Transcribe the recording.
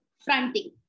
fronting